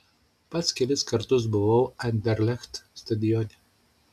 pats kelis kartus buvau anderlecht stadione